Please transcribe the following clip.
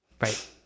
right